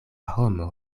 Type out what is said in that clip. homo